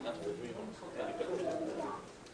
לקריאה ראשונה להצעת חוק סדר הדין